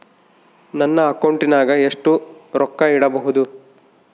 ನನ್ನ ಅಕೌಂಟಿನಾಗ ಎಷ್ಟು ರೊಕ್ಕ ಇಡಬಹುದು?